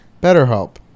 Betterhelp